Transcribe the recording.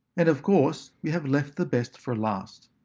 and of course, we have left the best for last.